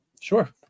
Sure